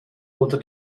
oder